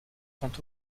sont